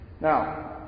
Now